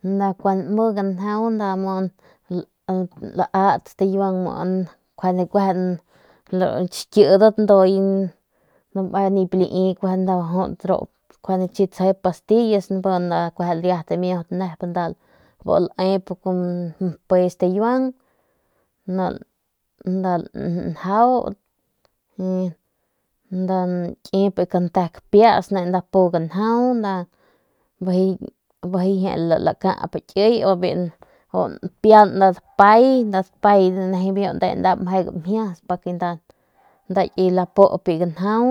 Nda kuando lmu ganjau laat stikiuan kueje xikiedat dame nip lii doc tsjep pastillas be me kue dimiut nep biu lep mpe stikiuan mu nda ljau nda nkiep kante kpias pu ganjau bejei lakap kiey nda npian dapay ne mje guimjies pa ki laup bi ganjau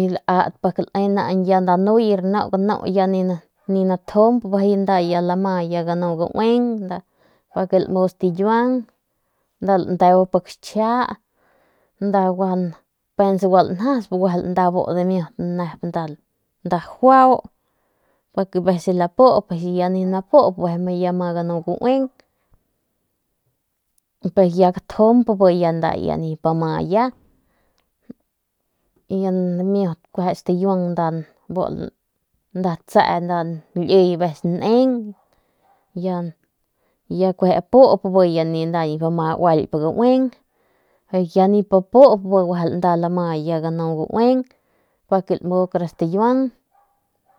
y lat da nuyi rnu gnu nda ni latjump be nda ya ma ganu nda gauin pa que lmu stikiuan pa que ver pik stschijia nda gua pens bandua lanjasp dimiut nda nep juau pa que aver si lapup bejei ya ma ganu gauin pe nda gtjump ya ni lama y ya dimiut kit stikiuan bu nda tse liey nis nin y ya kueje apup ya nip ama auail gauin pe ya nip apu ya nda lme que ma garel gauin para que lmu cara stikiuan.